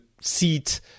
seat